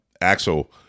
Axel